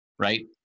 Right